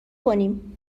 کنیم